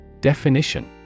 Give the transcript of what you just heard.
Definition